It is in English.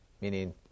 meaning